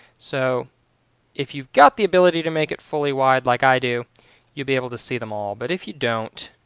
so if you've got the ability to make it fully wide like i do you'll be able to see them all but if you don't,